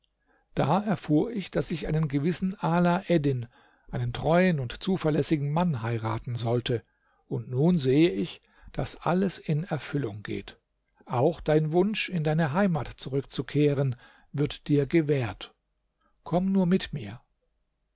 da erfuhr ich daß ich einen gewissen ala eddin einen treuen und zuverlässigen mann heiraten sollte und nun sehe ich daß alles in erfüllung geht auch dein wunsch in deine heimat zurückzukehren wird dir gewährt komm nur mit mir